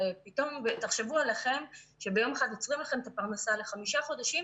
תחשבו עליכם שביום אחד עוצרים לכם את הפרנסה לחמישה חודשים,